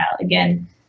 again